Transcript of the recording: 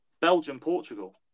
Belgium-Portugal